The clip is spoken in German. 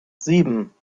sieben